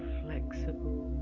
flexible